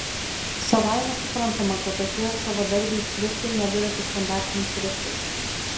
savaime suprantama kad tokie savadarbiai šriftai nedera su standartiniais šriftais